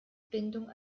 bindung